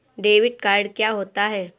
Debit card क्या होता है?